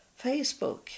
Facebook